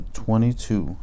twenty-two